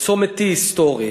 בצומת T היסטורי.